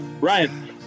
Ryan